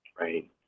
Right